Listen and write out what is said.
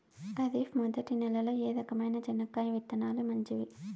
ఖరీఫ్ మొదటి నెల లో ఏ రకమైన చెనక్కాయ విత్తనాలు మంచివి